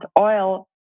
oil